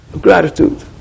Gratitude